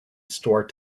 store